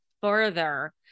further